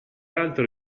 altro